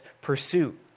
pursuit